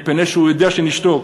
מפני שהוא יודע שנשתוק.